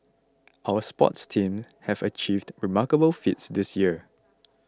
our sports teams have achieved remarkable feats this year